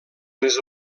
les